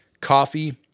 Coffee